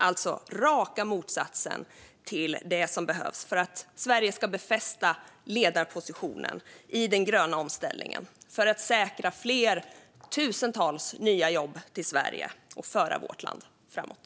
Det är raka motsatsen till det som behövs för att Sverige ska befästa ledarpositionen i den gröna omställningen för att säkra fler, tusentals, nya jobb till Sverige och föra vårt land framåt.